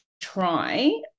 try